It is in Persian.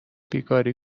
بیگاری